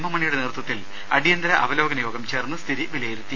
M മണിയുടെ നേതൃത്വത്തിൽ അടിയന്തര അവലോകന യോഗം ചേർന്ന് സ്ഥിതി വിലയിരുത്തി